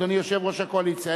אדוני יושב-ראש הקואליציה?